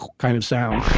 kind of sound